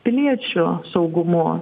piliečių saugumu